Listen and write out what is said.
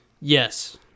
Yes